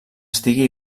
estigui